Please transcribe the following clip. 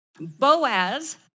Boaz